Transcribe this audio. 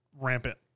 rampant